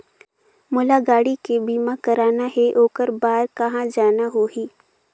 मोला गाड़ी के बीमा कराना हे ओकर बार कहा जाना होही?